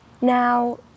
Now